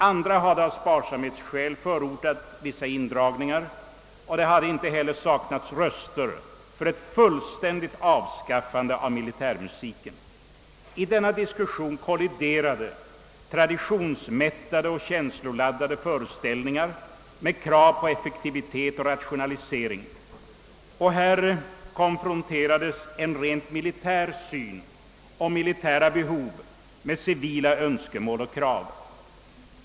Andra hade av sparsamhetsskäl förordat vissa indragningar, och det hade inte heller saknats röster för ett fullständigt avskaffande av militärmusiken. I denna diskussion kolliderade traditionsmättade och känsloladdade föreställningar med krav på effektivitet och rationalisering och här konfronterades en rent militär syn och militära behov med civila önskemål och krav.